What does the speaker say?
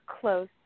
close